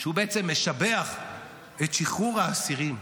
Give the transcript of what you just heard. שהוא בעצם משבח את שחרור האסירים.